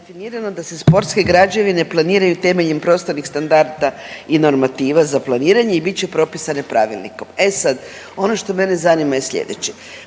da se sportske građevine planiraju temeljem prostornih standarda i normativa za planiranje i bit će propisane pravilnikom. E sad ono što mene zanima je slijedeće.